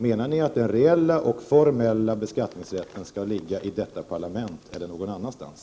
Menar ni att den reella och den formella beskattningsrätten skall ligga i detta parlament eller någon annanstans?